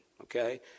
Okay